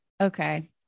okay